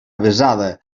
avesada